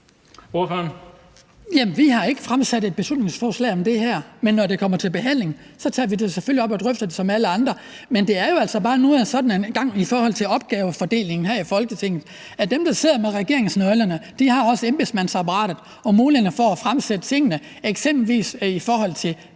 vi har ikke fremsat et beslutningsforslag om det her, men når det kommer til behandling, tager vi det selvfølgelig op og drøfter det som alle andre. Men det er jo altså bare nu engang sådan i forhold til opgavefordelingen her i Folketinget, at dem, der sidder med nøglerne til regeringskontorerne, også har embedsmandsapparatet og mulighederne for at fremsætte tingene, eksempelvis i forhold til